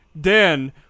Dan